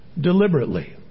deliberately